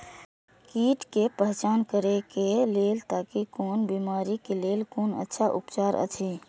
कीट के पहचान करे के लेल ताकि कोन बिमारी के लेल कोन अच्छा उपचार अछि?